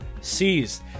seized